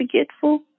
forgetful